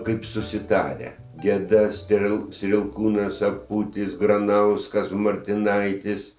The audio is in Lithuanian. kaip susitarę geda strel strielkūnas aputis granauskas martinaitis